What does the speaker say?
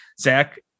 Zach